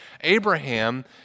Abraham